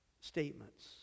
statements